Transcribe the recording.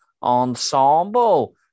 Ensemble